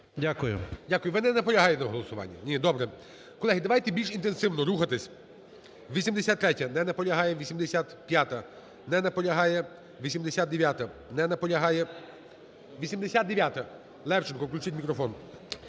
Дякую. Ви не наполягаєте на голосуванні? Ні, добре. Колеги, давайте більш інтенсивно рухатися. 83-я. Не наполягає. 85-а. Не наполягає. 89-а. Не наполягає. 89-а,Левченко. Включіть мікрофон.